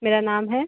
मेरा नाम है